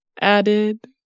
Added